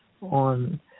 on